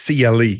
CLE